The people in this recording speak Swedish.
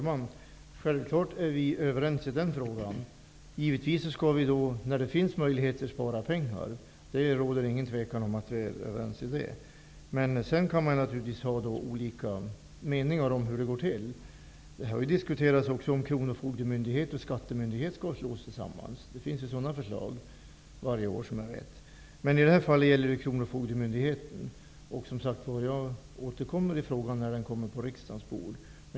Herr talman! Vi är självfallet överens i den frågan. Givetvis skall vi, när det finns möjligheter, spara pengar. Det råder inga tvivel om att vi är överens i den frågan. Sedan kan man naturligtvis ha olika meningar om hur sparandet skall gå till. Det har också diskuterats om kronofogdemyndigheter och skattemyndigheter skall slås samman. Vad jag vet läggs sådana förslag fram varje år. I det här fallet gäller frågan kronofogdemyndigheter. Jag återkommer till frågan när den kommer på riksdagens bord.